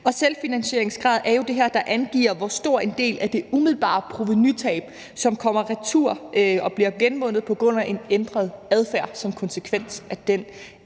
Selvfinansieringsgrad er jo det her, der angiver, hvor stor en del af det umiddelbare provenutab, som kommer retur og bliver genvundet på grund af en ændret adfærd som konsekvens af den